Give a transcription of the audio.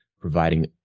providing